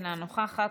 אינה נוכחת,